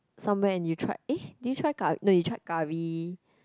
somewhere and you tried eh did you try cur~ no you tried curry